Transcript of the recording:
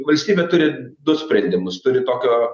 valstybė turi du sprendimus turi tokio